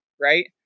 Right